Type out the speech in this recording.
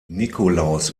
nikolaus